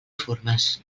formes